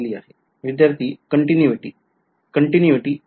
विध्यार्थी Continuity Continuity बरोबर